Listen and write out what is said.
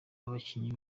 abakinnyi